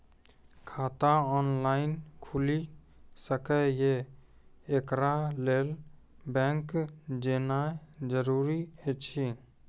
खाता ऑनलाइन खूलि सकै यै? एकरा लेल बैंक जेनाय जरूरी एछि?